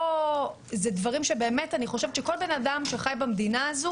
זה דברים שאני חושבת שכל בן-אדם שחי במדינה הזו